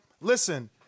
Listen